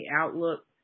outlook